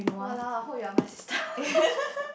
!walao! I hope you're my sister